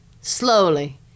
slowly